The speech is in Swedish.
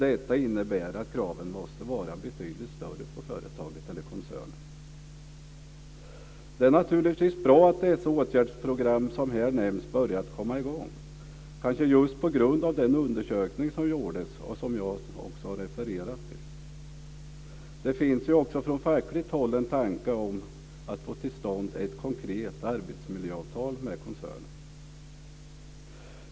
Det innebär att kraven på företaget eller koncernen måste vara betydligt högre. Det är naturligtvis bra att de åtgärdsprogram som här nämns börjat komma i gång, kanske just på grund av den undersökning som gjordes, som jag också har refererat till. Det finns också från fackligt håll en tanke om att få till stånd ett konkret arbetsmiljöavtal med koncernen.